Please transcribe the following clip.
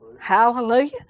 Hallelujah